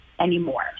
anymore